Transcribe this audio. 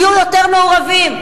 שיהיו יותר מעורבים,